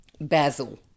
Basil